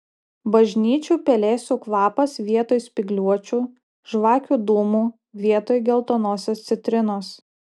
bažnyčių pelėsių kvapas vietoj spygliuočių žvakių dūmų vietoj geltonosios citrinos